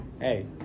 Hey